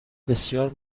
بسیار